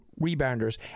rebounders